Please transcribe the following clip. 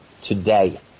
today